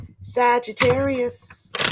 Sagittarius